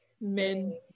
men